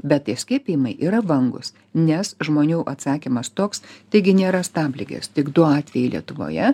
bet tie skiepijimai yra vangūs nes žmonių atsakymas toks taigi nėra stabligės tik du atvejai lietuvoje